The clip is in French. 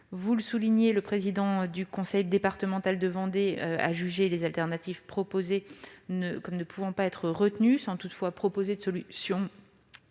vous l'avez souligné, le président du conseil départemental de Vendée a jugé que les alternatives proposées ne pouvaient pas être retenues, sans toutefois proposer de solution